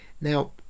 Now